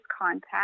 contact